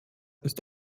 ist